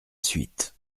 suite